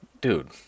dude